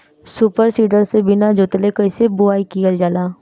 Super seeder से बीना जोतले कईसे बुआई कयिल जाला?